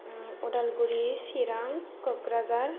Udalguri Chirang Kokrajhar